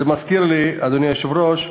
זה מזכיר לי, אדוני היושב-ראש,